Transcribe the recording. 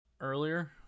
Earlier